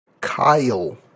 Kyle